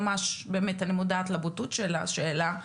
אני מודעת לבוטות של השאלה,